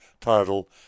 title